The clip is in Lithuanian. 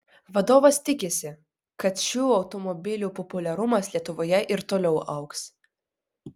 vadovas tikisi kad šių automobilių populiarumas lietuvoje ir toliau augs